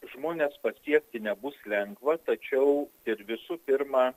žmones pasiekti nebus lengva tačiau ir visų pirma